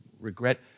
regret